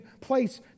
place